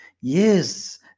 Yes